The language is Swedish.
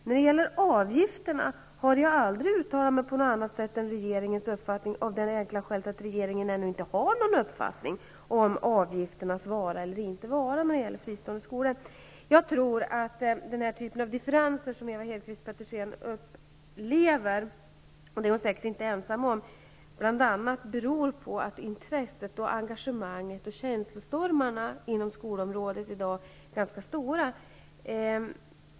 När det gäller skolavgifterna har jag aldrig uttalat mig på annat sätt än regeringen, av det enkla skälet att regeringen ännu inte har någon uppfattning om avgifternas vara eller icke vara i fristående skolor. Jag tror att den typ av differenser som Ewa Hedkvist Petersen upplever -- det är hon säkert inte ensam om -- bl.a. beror på att intresset, engagemanget och känslostormarna inom skolområdet i dag är ganska stora.